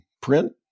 print